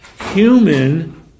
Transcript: human